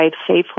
safely